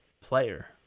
player